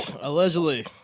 allegedly